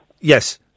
Yes